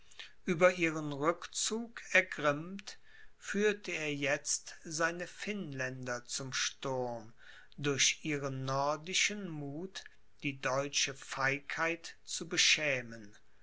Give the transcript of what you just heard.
über ihren rückzug ergrimmt führte er jetzt seine finnländer zum sturm durch ihren nordischen muth die deutsche feigheit zu beschämen